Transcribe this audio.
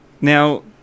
now